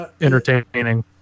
entertaining